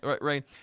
right